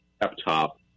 laptop